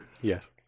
Yes